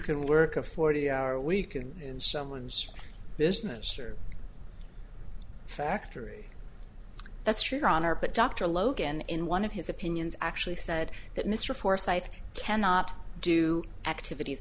can work a forty hour week and in someone's business or factory that's your honor but dr logan in one of his opinions actually said that mr forsyth cannot do activities